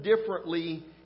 differently